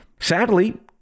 sadly